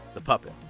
the puppet.